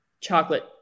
chocolate